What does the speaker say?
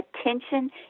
attention